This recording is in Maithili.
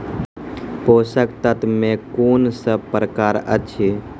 पोसक तत्व मे कून सब प्रकार अछि?